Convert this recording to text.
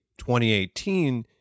2018